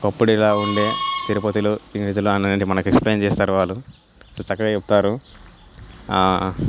అప్పుడు ఇలా ఉండే తిరుపతిలో ఇలా అని మనకు ఎక్స్ప్లెయిన్ చేస్తారు వాళ్ళు చక్కగా చెప్తారు